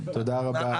תודה רבה.